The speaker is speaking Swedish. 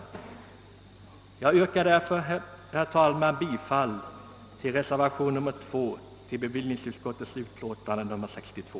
Herr talman! Med det anförda ber jag att få yrka bifall till reservationen 2 vid bevillningsutskottets betänkande nr 62.